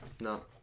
No